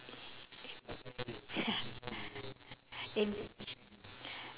and